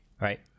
right